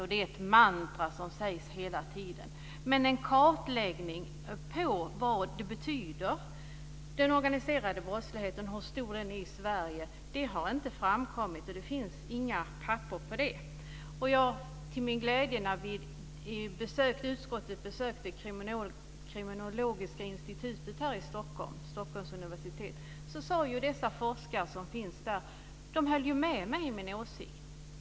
Det är ett mantra som sägs hela tiden. Men en kartläggning av den organiserade brottslighetens betydelse och av hur stor den är i Sverige har inte framkommit. Det finns inga papper på det. När utskottet besökte det kriminologiska institutet vid Stockholms universitet höll de forskare som fanns där med mig om min åsikt.